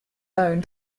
own